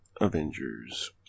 Avengers